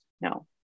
No